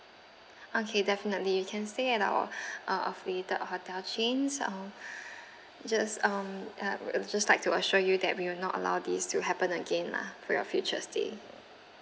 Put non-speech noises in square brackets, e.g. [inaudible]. [breath] okay definitely you can stay at our [breath] uh affiliated hotel chains um [breath] just um uh will just like to assure you that we'll not allow this to happen again lah for your future stay